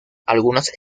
algunas